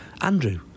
Andrew